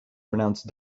pronounced